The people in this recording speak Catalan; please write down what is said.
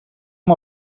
amb